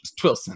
Twilson